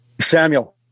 Samuel